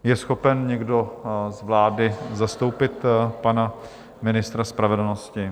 Je schopen někdo z vlády zastoupit pana ministra spravedlnosti?